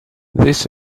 this